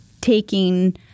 taking